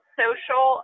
social